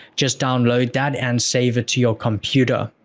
just download that and save it to your computer.